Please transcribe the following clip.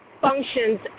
functions